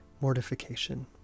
mortification